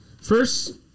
First